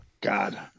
God